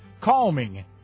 Calming